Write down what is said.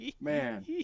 Man